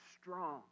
strong